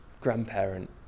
grandparent